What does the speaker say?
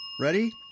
Ready